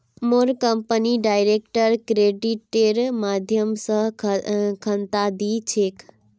मोर company direct क्रेडिटेर माध्यम स तनख़ा दी छेक